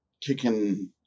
kicking